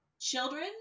children